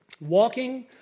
Walking